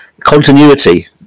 continuity